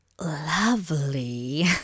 lovely